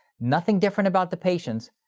nothing different about the patients.